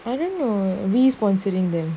I don't know we sponsoring them